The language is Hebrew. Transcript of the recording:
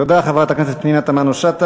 תודה, חברת הכנסת פנינה תמנו-שטה.